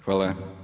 Hvala.